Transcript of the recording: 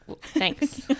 thanks